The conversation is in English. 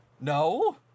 No